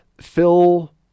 Phil